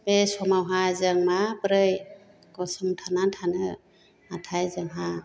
बे समावहा जों माब्रै गसंथाना थानो नाथाय जोंहा